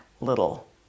little